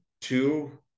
two